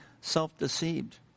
self-deceived